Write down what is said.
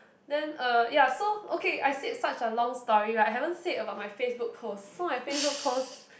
then uh ya so okay I said such a long story right I haven't said about my Facebook post so my Facebook post